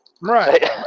Right